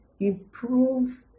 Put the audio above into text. improve